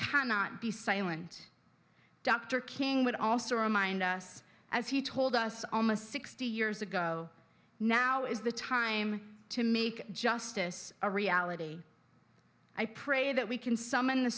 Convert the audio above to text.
cannot be silent dr king would also remind us as he told us almost sixty years ago now is the time to make justice a reality i pray that we can summon the